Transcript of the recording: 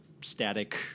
static